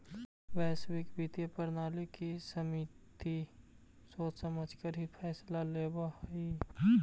वैश्विक वित्तीय प्रणाली की समिति सोच समझकर ही फैसला लेवअ हई